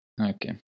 okay